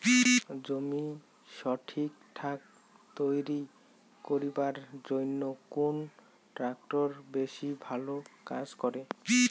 জমি ঠিকঠাক তৈরি করিবার জইন্যে কুন ট্রাক্টর বেশি ভালো কাজ করে?